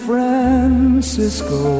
Francisco